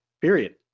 Period